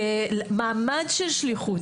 כמעמד של שליחות,